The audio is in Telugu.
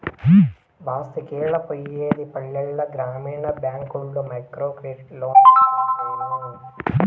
బస్తికెలా పోయేది పల్లెల గ్రామీణ బ్యాంకుల్ల మైక్రోక్రెడిట్ లోన్లోస్తుంటేను